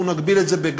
אנחנו נגביל את זה בגג